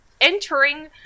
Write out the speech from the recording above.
entering